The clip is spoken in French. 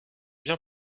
bien